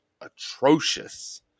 atrocious